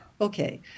Okay